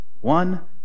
one